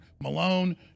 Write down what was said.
Malone